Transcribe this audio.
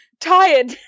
tired